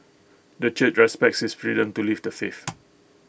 the church respects his freedom to leave the faith